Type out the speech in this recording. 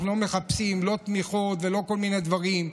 אנחנו לא מחפשים לא תמיכות ולא כל מיני דברים,